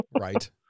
Right